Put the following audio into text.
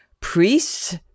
Priests